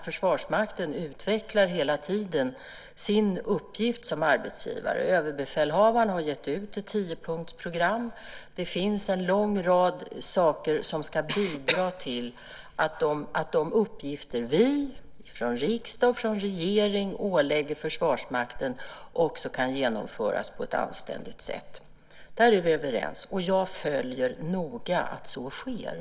Försvarsmakten utvecklar hela tiden sin uppgift som arbetsgivare. Överbefälhavaren har gett ut ett tiopunktsprogram, och det finns en lång rad saker som ska bidra till att de uppgifter som vi från riksdag och regering ålägger Försvarsmakten också kan genomföras på ett anständigt sätt. Där är vi överens. Jag följer noga att så sker.